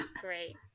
Great